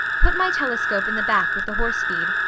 put my telescope in the back with the horse feed.